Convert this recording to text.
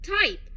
Type